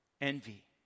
envy